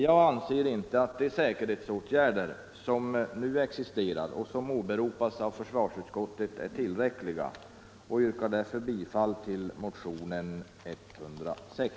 Jag anser att de säkerhetsåtgärder som nu existerar är otillräckliga och yrkar därför, herr talman, bifall till motionen 106.